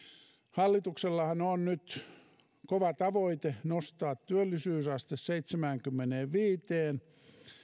hallituksellahan on nyt kova tavoite nostaa työllisyysaste seitsemäänkymmeneenviiteen